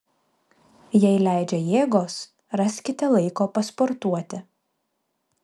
jei leidžia jėgos raskite laiko pasportuoti